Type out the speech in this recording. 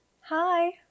Hi